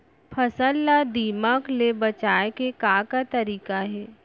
फसल ला दीमक ले बचाये के का का तरीका हे?